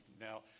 now